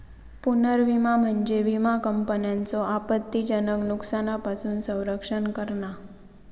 पुनर्विमा म्हणजे विमा कंपन्यांचो आपत्तीजनक नुकसानापासून संरक्षण करणा